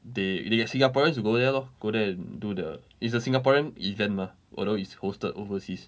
they they got singaporeans who go there lor go there and do the it's a singaporean event mah although it's hosted overseas